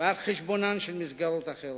ועל חשבון מסגרות אחרות.